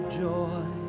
joy